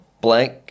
blank